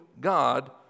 God